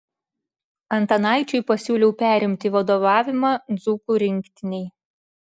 antanaičiui pasiūliau perimti vadovavimą dzūkų rinktinei